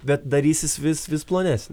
bet darysis vis vis plonesnė